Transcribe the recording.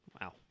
Wow